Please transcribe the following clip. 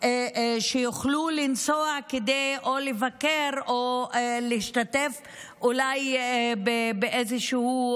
לנסוע כדי לבקר או להשתתף אולי באיזשהו